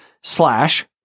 slash